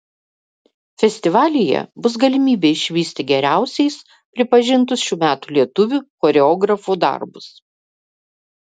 festivalyje bus galimybė išvysti geriausiais pripažintus šių metų lietuvių choreografų darbus